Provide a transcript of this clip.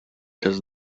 does